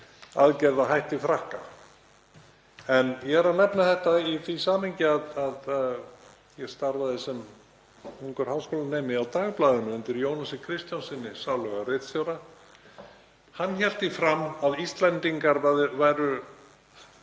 aðgerða að hætti Frakka. En ég er að nefna þetta í því samhengi að ég starfaði sem ungur háskólanemi á Dagblaðinu undir Jónasi Kristjánssyni sáluga, ritstjóra. Hann hélt því fram að Íslendingar væru